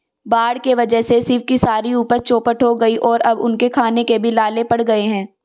बाढ़ के वजह से शिव की सारी उपज चौपट हो गई और अब उनके खाने के भी लाले पड़ गए हैं